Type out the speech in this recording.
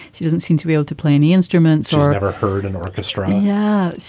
she doesn't seem to be able to play any instruments or i never heard an orchestra. yeah.